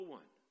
one